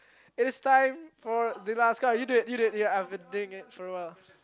it is time for the last card you did you did ya I've been doing it for awhile